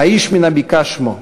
"האיש מן הבקעה" שמו,